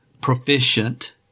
proficient